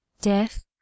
death